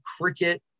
cricket